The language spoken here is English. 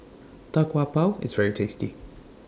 Tau Kwa Pau IS very tasty